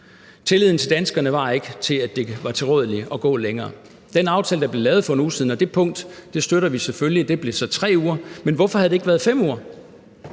tilliden til danskerne var ikke til, at det var tilrådeligt at gå længere. Den aftale, der blev lavet for en uge siden, og det punkt støtter vi selvfølgelig; det blev så 3 uger, men hvorfor blev det ikke 5 uger?